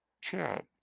chat